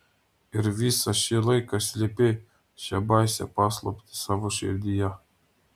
ir visą šį laiką slėpei šią baisią paslaptį savo širdyje